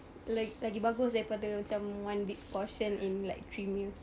lag~ lagi bagus daripada macam one big portion in like three meals